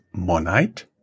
Monite